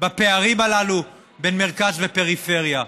בפערים הללו בין מרכז לפריפריה,